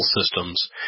systems